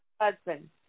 husband